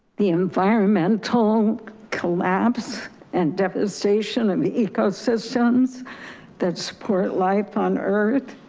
the environmental collapse and devastation and the ecosystems that support life on earth.